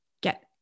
get